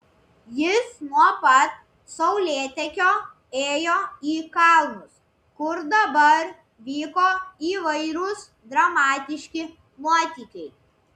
jis nuo pat saulėtekio ėjo į kalnus kur dabar vyko įvairūs dramatiški nuotykiai